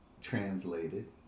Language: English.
translated